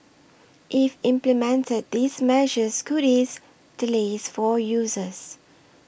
if implemented these measures could ease delays for users